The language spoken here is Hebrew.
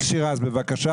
שירז, בבקשה.